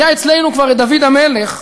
היה אצלנו כבר דוד המלך,